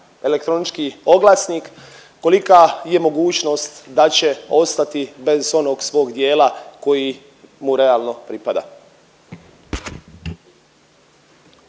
elektronički oglasnik, kolika je mogućnost da će ostati bez onog svog dijela koji mu realno pripada?